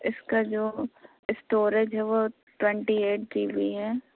اِس کا جو اسٹوریج ہے وہ ٹوینٹی ایٹ جی بی ہے